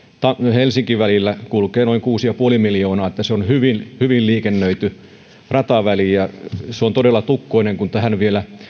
helsinki välillä kulkee noin kuusi pilkku viisi miljoonaa se on hyvin hyvin liikennöity rataväli ja se on todella tukkoinen kun tähän vielä